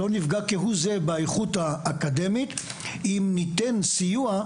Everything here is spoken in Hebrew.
לא נפגע כהוא זה באיכות האקדמית אם ניתן סיוע,